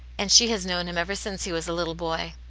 and she has known him ever since he was a little boy.